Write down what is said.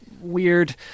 weird